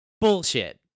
bullshit